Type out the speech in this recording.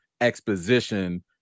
exposition